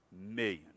million